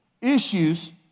issues